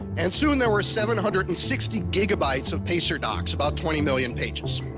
and soon there was seven hundred and sixty gb of pacer docs, about twenty million pages.